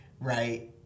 right